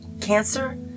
Cancer